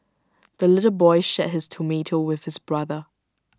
the little boy shared his tomato with his brother